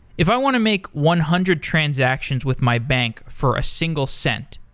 if i want to make one hundred transactions with my bank for a single cent,